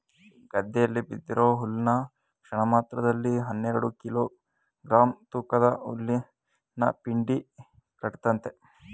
ಗದ್ದೆಯಲ್ಲಿ ಬಿದ್ದಿರೋ ಹುಲ್ನ ಕ್ಷಣಮಾತ್ರದಲ್ಲಿ ಹನ್ನೆರೆಡು ಕಿಲೋ ಗ್ರಾಂ ತೂಕದ ಹುಲ್ಲಿನಪೆಂಡಿ ಕಟ್ತದೆ